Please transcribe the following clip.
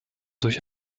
durch